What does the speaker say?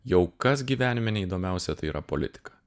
jau kas gyvenime neįdomiausia tai yra politika